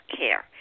care